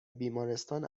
بیمارستان